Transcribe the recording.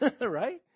right